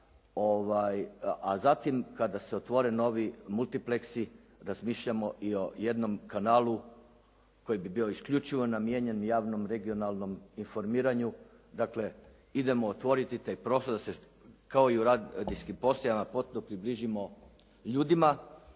a zatim kada se otvore novi multipleksi razmišljamo i o jednom kanalu koji bi bio isključivo namijenjen javnom regionalnom informiranju, dakle idemo otvoriti taj prostor da se kao i u radijskim postajama potpuno približimo ljudima,